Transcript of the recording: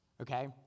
Okay